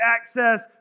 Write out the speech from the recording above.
access